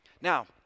Now